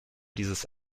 dieses